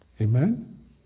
Amen